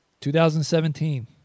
2017